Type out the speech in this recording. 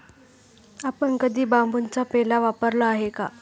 आपण कधी बांबूचा पेला वापरला आहे का?